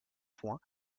points